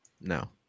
No